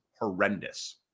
horrendous